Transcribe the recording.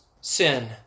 sin